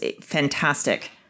fantastic